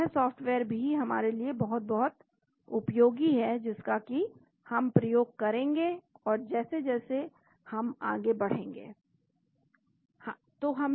तो यह सॉफ्टवेयर भी हमारे लिए बहुत बहुत उपयोगी है जिसका कि हम प्रयोग करेंगे जैसे जैसे हम आगे बढ़ेंगे